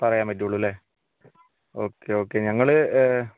പറയാൻ പറ്റുള്ളൂ അല്ലേ ഓക്കേ ഓക്കേ ഞങ്ങൾ